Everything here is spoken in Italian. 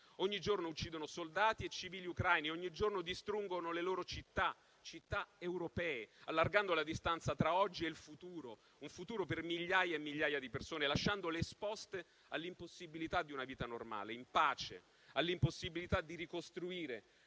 ogni giorno uccidono soldati e civili ucraini; ogni giorno distruggono le loro città - città europee - allargando la distanza tra oggi e il futuro - un futuro per migliaia e migliaia di persone - lasciandole esposte all'impossibilità di una vita normale, in pace; all'impossibilità di ricostruire,